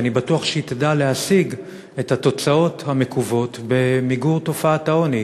אני בטוח שהיא תדע להשיג את התוצאות המקוות במיגור תופעת העוני.